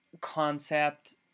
concept